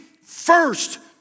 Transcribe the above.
first